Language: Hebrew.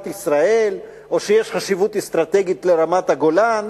ישראל או שיש חשיבות אסטרטגית לרמת-הגולן,